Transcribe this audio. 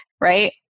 right